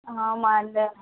ஆமாம் அந்த